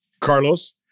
Carlos